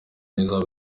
neza